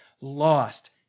lost